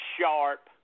sharp